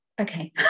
okay